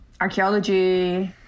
archaeology